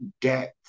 depth